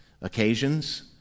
occasions